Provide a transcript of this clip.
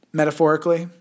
metaphorically